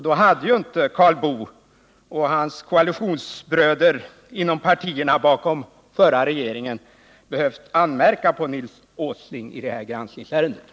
Då hade inte Karl Boo och hans koalitionsbröder inom partierna i den förra regeringen behövt anmärka på Nils Åslings agerande i detta ärende.